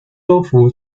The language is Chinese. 州府